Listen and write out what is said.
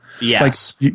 Yes